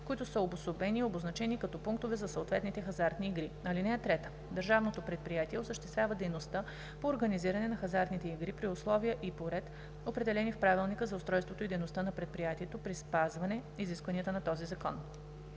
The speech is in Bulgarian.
които са обособени и обозначени като пунктове за съответните хазартни игри. (3) Държавното предприятие осъществява дейността по организиране на хазартните игри при условия и по ред, определени в правилника за устройството и дейността на предприятието при спазване изискванията на този закон.